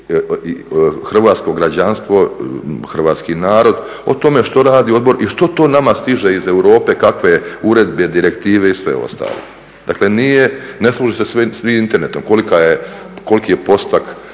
hrvatsko građanstvo, hrvatski narod o tome što radi odbor i što to nama stiže iz Europe, kakve uredbe, direktive i sve ostalo. Dakle, ne služe se svi internetom, koliki je postotak